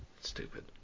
Stupid